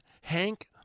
Hank